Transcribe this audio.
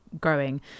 growing